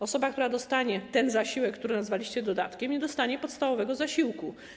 Osoba, która dostanie ten zasiłek, który nazwaliście dodatkiem, nie dostanie podstawowego zasiłku.